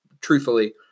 truthfully